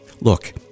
Look